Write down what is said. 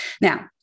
now